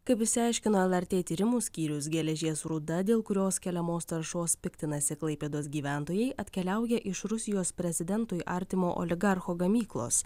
kaip išsiaiškino lrt tyrimų skyrius geležies rūda dėl kurios keliamos taršos piktinasi klaipėdos gyventojai atkeliauja iš rusijos prezidentui artimo oligarcho gamyklos